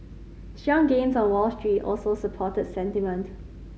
strong gains on Wall Street also supported sentiment